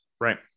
right